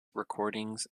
recordings